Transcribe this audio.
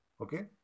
okay